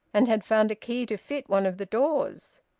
and had found a key to fit one of the doors,